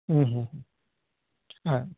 हा